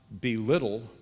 belittle